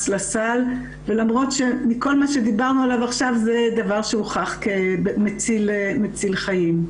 לסל ולמרות שמכל מה שדיברנו עליו עכשיו זה דבר שהוכח כמציל חיים.